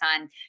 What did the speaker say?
on